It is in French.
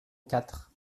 quatre